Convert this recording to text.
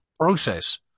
process